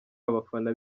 abafana